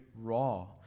raw